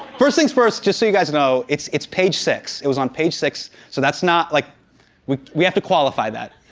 first things first, just so you guys know, it's it's page six. it was on page six so that's not like we we have to qualify that.